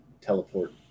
teleport